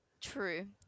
True